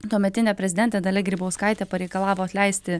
tuometinė prezidentė dalia grybauskaitė pareikalavo atleisti